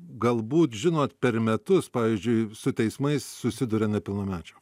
galbūt žinot per metus pavyzdžiui su teismais susiduria nepilnamečių